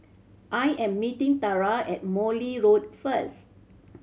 I am meeting Tara at Morley Road first